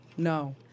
No